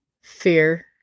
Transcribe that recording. Fear